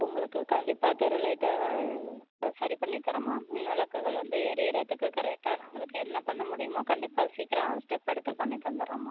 உங்களுக்கு கண்டிப்பாக தெரு லைட்டை ச சரி பண்ணி தரேன்மா மின்விளக்குகள் வந்து எரிகிறத்துக்கு கரெக்ட்டாக உங்களுக்கு என்ன பண்ண முடியுமோ கண்டிப்பாக சீக்கிரம் ஸ்டெப் எடுத்து பண்ணி தந்துடுறேம்மா